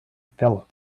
phillip